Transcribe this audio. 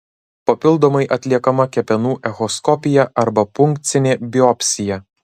papildomai atliekama kepenų echoskopija arba punkcinė biopsija